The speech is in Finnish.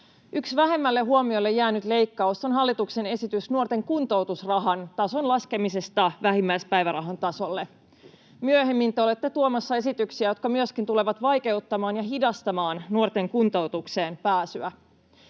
Yksi vähemmälle huomiolle jäänyt leikkaus on hallituksen esitys nuorten kuntoutusrahan tason laskemisesta vähimmäispäivärahan tasolle. Myöhemmin te olette tuomassa esityksiä, jotka myöskin tulevat vaikeuttamaan ja hidastamaan nuorten kuntoutukseen pääsyä.